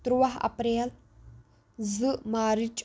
تُرٛواہ اپریل زٕ مارٕچ